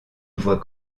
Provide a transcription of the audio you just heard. voit